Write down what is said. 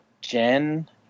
Jen